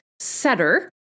setter